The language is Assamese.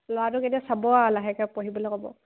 ল'ৰাটো তেতিয়া চাব আৰু লাহেকে পঢ়িবলৈ ক'ব